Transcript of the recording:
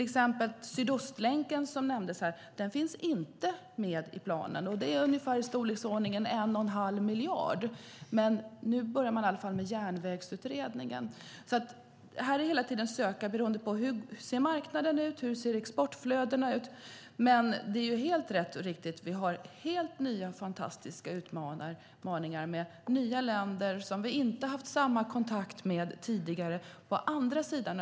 Sydostlänken finns inte med i planen. Det handlar om ca 1 1⁄2 miljard. Man måste titta på hur marknaden och exportflödena ser ut.